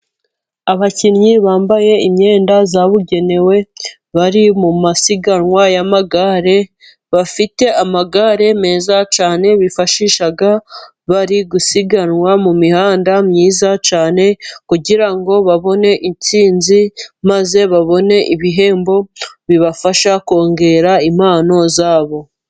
Abakinnyi bambaye imyenda zabugenewe, bari mu masiganwa y'amagare, bafite amagare meza cyane, bifashisha bari gusiganwa mu mihanda myiza cyane, kugira ngo babone intsinzi maze babone, ibihembo bibafasha kongera impano zabo.